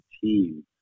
team